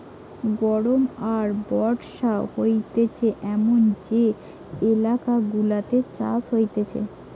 গরম আর বর্ষা হতিছে এমন যে এলাকা গুলাতে চাষ হতিছে